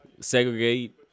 segregate